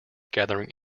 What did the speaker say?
gathering